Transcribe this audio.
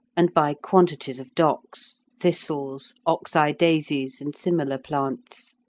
and by quantities of docks, thistles, oxeye daisies, and similar plants.